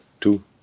Two